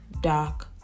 dark